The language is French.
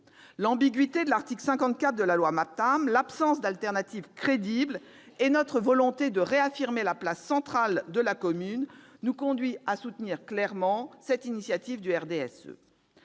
L'ambiguïté de l'article 54 de la loi MAPTAM, l'absence d'alternative crédible et notre volonté de réaffirmer la place centrale de la commune nous conduisent à soutenir clairement l'initiative du